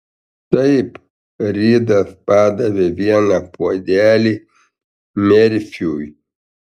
taip ridas padavė vieną puodelį merfiui